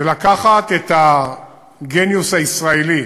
ולקחת את הגניוס הישראלי,